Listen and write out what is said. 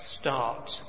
start